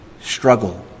struggle